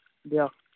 দিয়ক